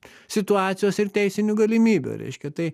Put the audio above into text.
situacijos ir teisinių galimybių reiškia tai